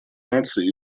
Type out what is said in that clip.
наций